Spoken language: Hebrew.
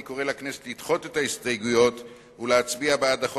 אני קורא לכנסת לדחות את ההסתייגויות ולהצביע בעד החוק